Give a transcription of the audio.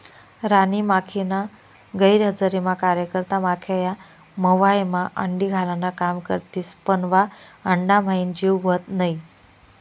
राणी माखीना गैरहजरीमा कार्यकर्ता माख्या या मव्हायमा अंडी घालान काम करथिस पन वा अंडाम्हाईन जीव व्हत नै